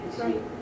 right